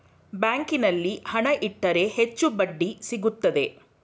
ಬ್ಯಾಂಕಿನಲ್ಲಿ ಹಣ ಇಟ್ಟರೆ ಹೆಚ್ಚು ಬಡ್ಡಿ ಸಿಗುತ್ತದೆ